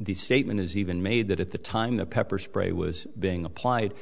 the statement is even made that at the time the pepper spray was being applied